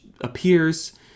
appears